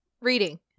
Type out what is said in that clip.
Reading